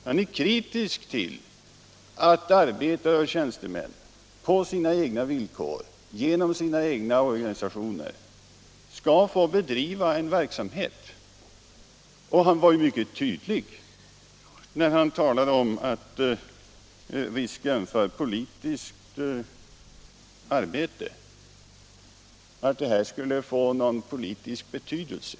Han är kritisk mot att arbetare och tjänstemän på sina egna villkor och genom sina egna organisationer skall få bedriva en kulturell verksamhet. Han var ju mycket tydlig när han talade om risken att det här skulle få en politisk betydelse.